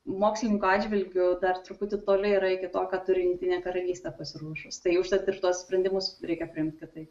mokslininkų atžvilgiu dar truputį toli iki to ką turi jungtinė karalystė pasiruošus tai užtat ir tuos sprendimus reikia priimt kitaip